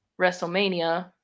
WrestleMania